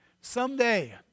someday